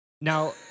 Now